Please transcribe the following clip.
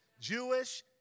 Jewish